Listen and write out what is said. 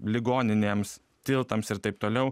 ligoninėms tiltams ir taip toliau